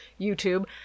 youtube